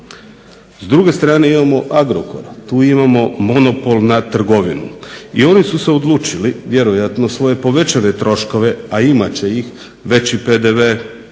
S druge strane imamo Agrokor i oni imaju monopol na trgovinu i oni su se odlučili svoje povećane troškove, a imat će ih veći PDV